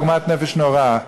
עוגמת נפש נוראה.